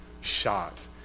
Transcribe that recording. shot